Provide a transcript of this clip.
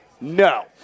no